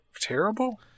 terrible